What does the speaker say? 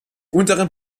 unteren